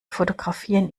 fotografieren